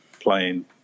playing